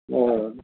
ओ